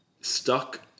Stuck